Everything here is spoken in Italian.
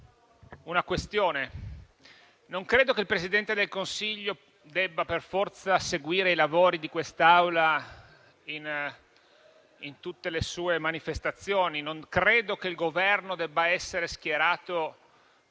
una questione. Non credo che il Presidente del Consiglio debba per forza seguire i lavori di quest'Aula in tutte le sue manifestazioni. Non credo che il Governo debba essere schierato